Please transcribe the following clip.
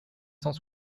cent